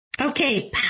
Okay